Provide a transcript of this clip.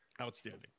Outstanding